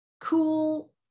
cool